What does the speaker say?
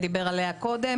דיבר עליה קודם